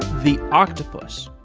the octopus,